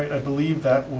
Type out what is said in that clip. i believe that